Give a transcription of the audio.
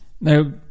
Now